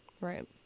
Right